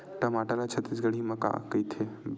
टमाटर ला छत्तीसगढ़ी मा का कइथे?